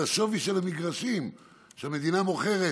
אז השווי של המגרשים שהמדינה מוכרת